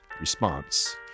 response